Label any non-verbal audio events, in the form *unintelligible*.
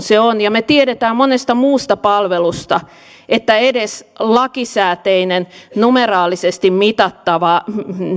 *unintelligible* se on ja me tiedämme monesta muusta palvelusta että edes lakisääteinen numeraalisesti mitattava